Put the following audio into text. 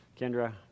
kendra